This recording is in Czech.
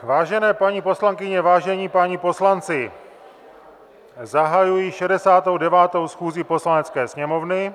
Vážené paní poslankyně, vážení páni poslanci, zahajuji 69. schůzi Poslanecké sněmovny.